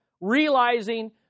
realizing